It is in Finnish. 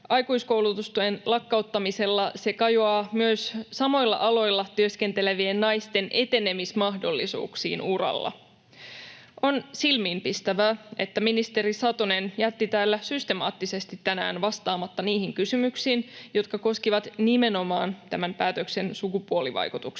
aikuiskoulutustuen lakkauttamisella se kajoaa myös samoilla aloilla työskentelevien naisten etenemismahdollisuuksiin uralla. On silmiinpistävää, että ministeri Satonen jätti täällä systemaattisesti tänään vastaamatta niihin kysymyksiin, jotka koskivat nimenomaan tämän päätöksen sukupuolivaikutuksia.